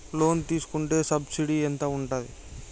Loan తీసుకుంటే subsidy ఎంత ఉంటది?